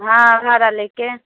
हँ भाड़ा लैके